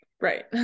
Right